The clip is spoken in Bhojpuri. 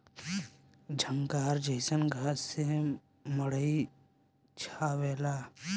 झंखार जईसन घास से मड़ई छावला